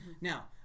Now